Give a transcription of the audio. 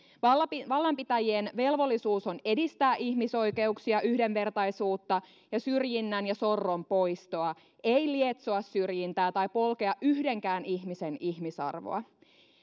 vallanpitäjien velvollisuus on edistää ihmisoikeuksia yhdenvertaisuutta ja syrjinnän ja sorron poistoa ei lietsoa syrjintää tai polkea yhdenkään ihmisen ihmisarvoa